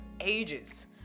ages